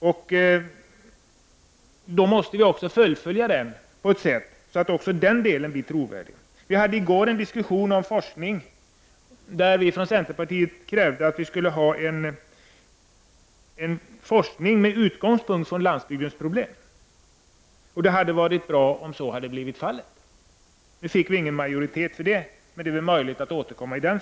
Men vi måste också fullfölja den på ett sådant sätt att också den blir trovärdig. Vi hade i går en diskussion om forskning. Centern krävde då en forskning med utgångspunkt i landsbygdens problem. Det hade varit bra om man hade fattat beslut om det. Men vi i centern fick ingen majoritet för det förslaget, men det är möjligt för oss att återkomma om detta.